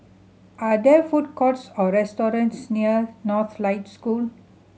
are there food courts or restaurants near Northlights School